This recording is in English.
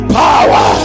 power